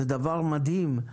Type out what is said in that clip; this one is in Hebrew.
זה דבר מדהים.